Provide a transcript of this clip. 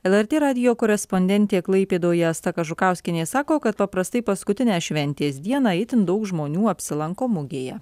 lrt radijo korespondentė klaipėdoje asta kažukauskienė sako kad paprastai paskutinę šventės dieną itin daug žmonių apsilanko mugėje